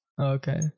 Okay